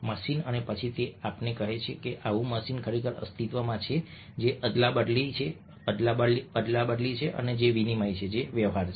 machine અને પછી તે આપણને કહે છે કે આવું મશીન ખરેખર અસ્તિત્વમાં છે જે અદલાબદલી છે જે વિનિમય છે જે વ્યવહાર છે